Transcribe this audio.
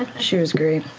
she was great.